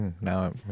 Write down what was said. now